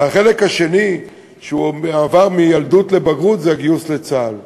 השני במעבר מילדות לבגרות הוא הגיוס לצה"ל.